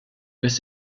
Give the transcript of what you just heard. bis